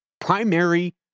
primary